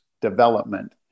development